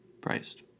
priced